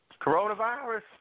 Coronavirus